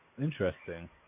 interesting